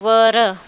वर